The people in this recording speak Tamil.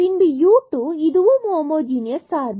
பின்பு u2 இதுவும் ஹோமோஜீனஸ் சார்பு